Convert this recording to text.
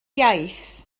iaith